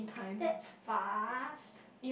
that's fast